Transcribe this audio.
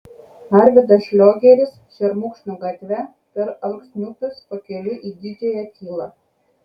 arvydas šliogeris šermukšnių gatve per alksniupius pakeliui į didžiąją tylą